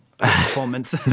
performance